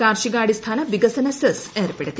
കാർഷികാടിസ്ഥാന വികസന സെസ് ഏർപ്പെടുത്തി